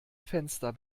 fenster